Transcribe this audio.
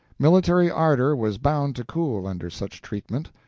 military ardor was bound to cool under such treatment.